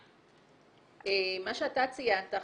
מה שאתה ציינת,